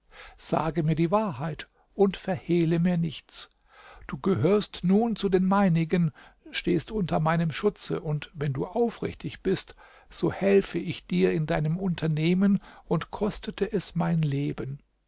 sage mir die wahrheit und verhehle mir nichts du gehörst nun zu den meinigen stehst unter meinem schutze und wenn du aufrichtig bist so helfe ich dir in deinem unternehmen und kostete es mein leben